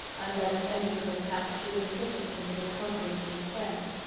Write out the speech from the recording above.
unless any could attach to the implicitness of his confidence in his friend.